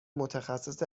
متخصص